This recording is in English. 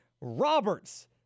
Roberts